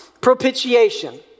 propitiation